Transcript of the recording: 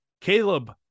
Caleb